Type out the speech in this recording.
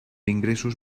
ingressos